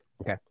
Okay